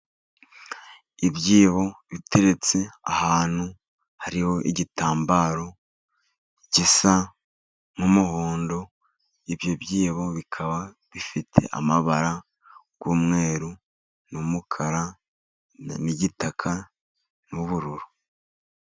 Ibyibo biteretse ahantu, hariho igitambaro gisa nk'umuhondo, ibyo byibo bikaba bifite amabara y'umweru n'umukara n'igitaka n'ubururu.